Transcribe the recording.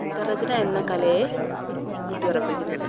ചിത്രരചന എന്ന കലയെ ഊട്ടി ഉറപ്പിക്കുന്നത്